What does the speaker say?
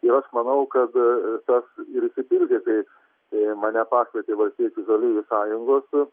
ir aš manau kad tas ir išsipildė tai ir mane pakvietė valstiečių žaliųjų sąjungos